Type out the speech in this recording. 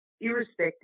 irrespective